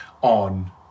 on